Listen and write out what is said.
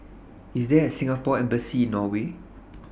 IS There A Singapore Embassy in Norway